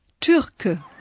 Türke